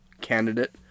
candidate